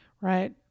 right